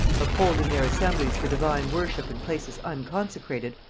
of holding their assemblies for divine worship in places unconsecrated,